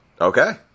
Okay